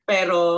Pero